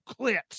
clits